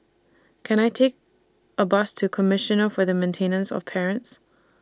Can I Take A Bus to Commissioner For The Maintenance of Parents